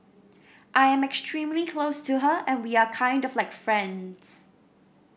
I am extremely close to her and we are kind of like friends